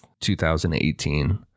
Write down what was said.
2018